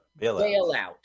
Bailout